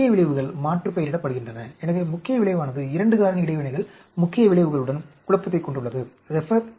முக்கிய விளைவுகள் மாற்றுப்பெயரிடப்படுகின்றன எனவே முக்கிய விளைவானது 2 காரணி இடைவினைகள் முக்கிய விளைவுகளுடன் குழப்பத்தைக் கொண்டுள்ளது